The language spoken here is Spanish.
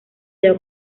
dio